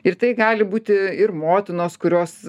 ir tai gali būti ir motinos kurios